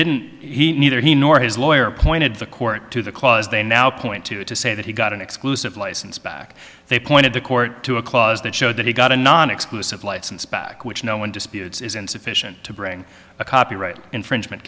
didn't he neither he nor his lawyer pointed the court to the clause they now point to to say that he got an exclusive license back they pointed the court to a clause that showed that he got a non exclusive license back which no one disputes is insufficient to bring a copyright infringement